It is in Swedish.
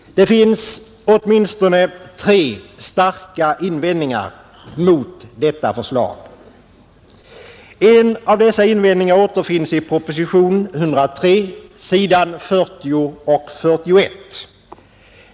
Det finns åtminstone tre starka invändningar mot detta förslag. En av dessa invändningar återfinns i propositionen 103 s. 40 och 41.